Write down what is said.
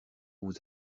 vous